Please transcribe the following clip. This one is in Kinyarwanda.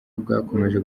bwakomeje